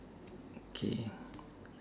okay